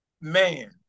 man